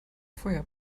feuer